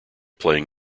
playing